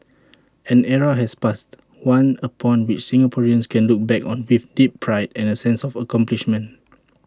an era has passed one upon which Singaporeans can look back on with deep pride and A sense of accomplishment